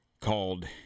called